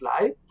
light